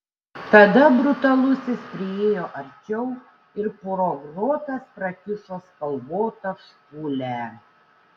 tada brutalusis priėjo arčiau ir pro grotas prakišo spalvotą špūlę